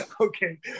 okay